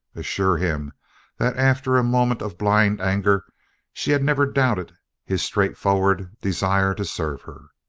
assure him that after a moment of blind anger she had never doubted his straightforward desire to serve her.